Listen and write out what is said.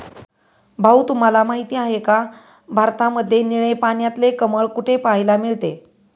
भाऊ तुम्हाला माहिती आहे का, भारतामध्ये निळे पाण्यातले कमळ कुठे पाहायला मिळते?